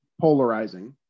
polarizing